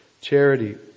charity